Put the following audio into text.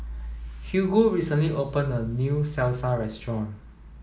Hugo recently opened a new Salsa restaurant